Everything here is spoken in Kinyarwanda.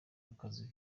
akazi